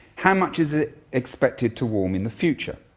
how much is it expected to warm in the future?